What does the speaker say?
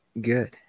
Good